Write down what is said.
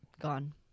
Gone